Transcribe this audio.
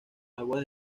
aguas